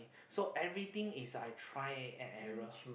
so everything is I try and error